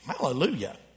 Hallelujah